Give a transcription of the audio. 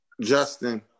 Justin